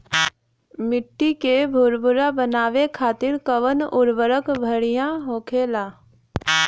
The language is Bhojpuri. मिट्टी के भूरभूरा बनावे खातिर कवन उर्वरक भड़िया होखेला?